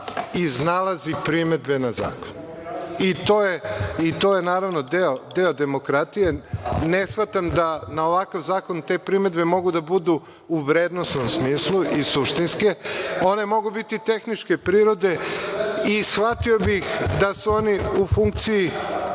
iznalazi primedbe na zakon i to je deo demokratije. Ne shvatam da na ovakav zakon te primedbe mogu da budu u vrednosnom smislu i suštinske. One mogu biti tehničke prirode i shvatio bih da su oni u funkciji